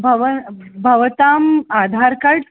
भवतां भवताम् आधार् कार्ड्